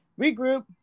regroup